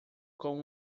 com